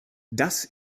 das